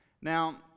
Now